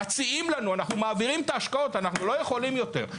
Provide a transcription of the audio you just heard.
אנחנו מעבירים את ההשקעות ואנחנו לא יכולים יותר.